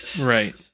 right